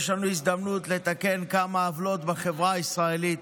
יש לנו להזדמנות לתקן כמה עוולות בחברה הישראלית.